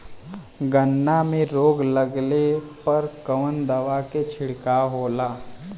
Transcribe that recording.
गन्ना में रोग लगले पर कवन दवा के छिड़काव होला?